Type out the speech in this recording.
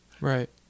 right